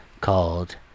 called